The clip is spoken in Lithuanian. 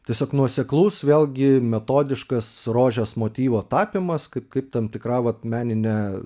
tiesiog nuoseklus vėlgi metodiškas rožės motyvo tapymas kaip kaip tam tikra vat meninė